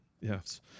Yes